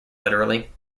literally